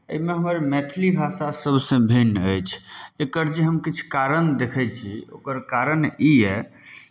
एहिमे हमर मैथिली भाषा सभसँ भिन्न अछि एकर जे हम किछु कारण देखै छी ओकर कारण ई यए